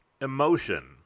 emotion